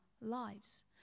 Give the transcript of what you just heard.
lives